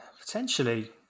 potentially